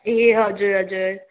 ए हजुर हजुर